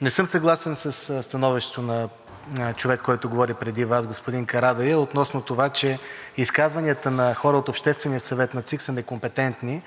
Не съм съгласен със становището на човека, който говори преди Вас, господин Карадайъ относно това, че изказванията на хората от Обществения съвет на ЦИК са некомпетентни.